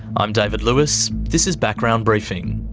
i'm david lewis. this is background briefing.